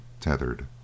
tethered